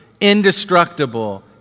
indestructible